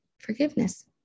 forgiveness